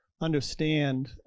understand